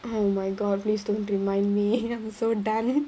oh my god please don't remind me I'm so done